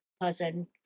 person